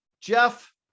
Jeff